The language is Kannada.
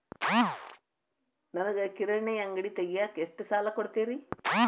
ನನಗ ಕಿರಾಣಿ ಅಂಗಡಿ ತಗಿಯಾಕ್ ಎಷ್ಟ ಸಾಲ ಕೊಡ್ತೇರಿ?